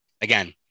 again